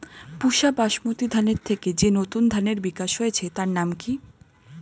পুসা বাসমতি ধানের থেকে যে নতুন ধানের বিকাশ হয়েছে তার নাম কি?